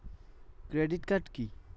Credit card key?